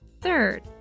third